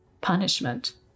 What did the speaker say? punishment